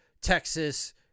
Texas